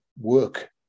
work